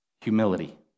humility